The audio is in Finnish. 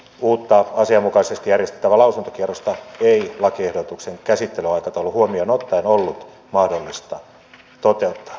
uutta asianmukaisesti järjestettävää lausuntokierrosta ei lakiehdotuksen käsittelyaikataulun huomioon ottaen ollut mahdollista toteuttaa